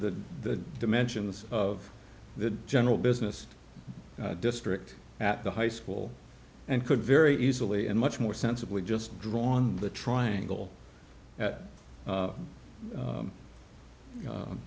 the dimensions of the general business district at the high school and could very easily and much more sensibly just draw on the triangle